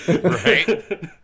right